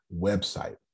website